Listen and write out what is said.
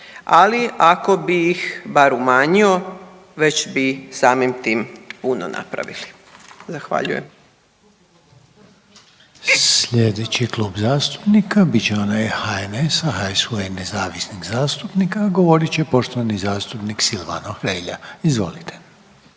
ali ako bi ih bar umanjio već bi samim tim puno napravili. Zahvaljujem.